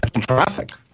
traffic